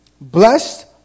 blessed